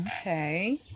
Okay